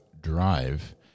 drive